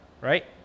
right